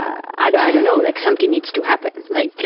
i and i don't know, like something needs to happen, like yeah